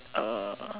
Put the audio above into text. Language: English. uh